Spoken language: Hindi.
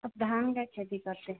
आप धान का खेती करते